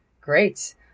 Great